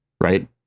right